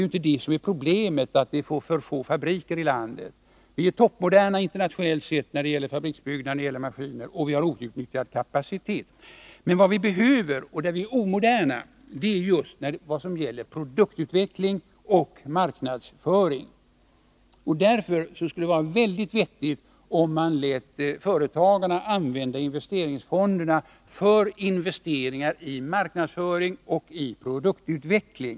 Problemet är inte att vi har för få fabriker i landet. Vi är toppmoderna internationellt sett när det gäller fabriksbyggnader och maskiner, och vi har i det fallet en outnyttjad kapacitet. Däremot är vi omoderna i fråga om produktutveckling och marknadsföring. Därför vore det väldigt vettigt om man lät företagarna använda investeringsfonderna för investeringar i marknadsföring och produktutveckling.